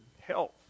health